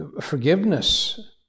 forgiveness